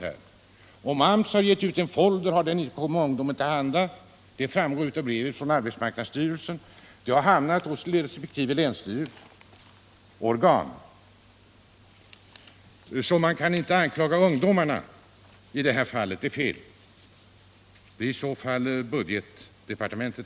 Även om AMS gett ut en folder, så har den inte kommit ungdomarna till handa — det framgår av brevet från arbetsmarknadsstyrelsen. Man kan alltså inte anklaga ungdomarna i det här fallet utan snarare budgetdepartementet.